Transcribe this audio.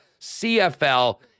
CFL